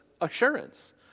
assurance